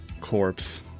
corpse